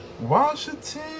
Washington